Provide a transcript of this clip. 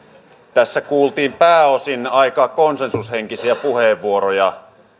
tässä kuultiin pääosin aika konsensushenkisiä puheenvuoroja